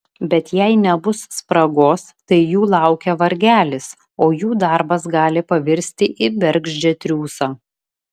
bet jei nebus spragos tai jų laukia vargelis o jų darbas gali pavirsti į bergždžią triūsą